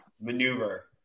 maneuver